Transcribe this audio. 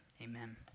amen